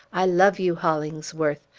i love you, hollingsworth!